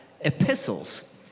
epistles